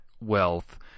wealth